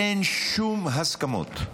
אין שום הסכמות,